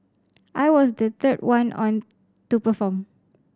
I was the third one on to perform